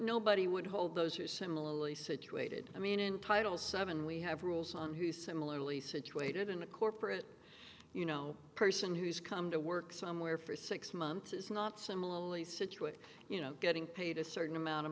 nobody would hold those who are similarly situated i mean in title seven we have rules on who similarly situated in a corporate you know person who's come to work somewhere for six months is not similarly situated you know getting paid a certain amount of